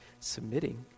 submitting